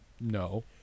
no